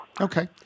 Okay